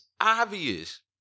obvious